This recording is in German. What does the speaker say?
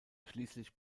schließlich